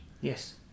yes